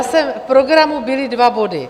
V programu byly dva body.